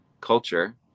culture